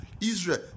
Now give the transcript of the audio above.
Israel